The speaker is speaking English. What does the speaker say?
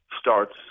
starts